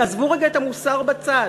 תעזבו רגע את המוסר בצד,